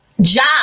job